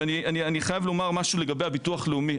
אני חייב לומר משהו לגבי הביטוח הלאומי.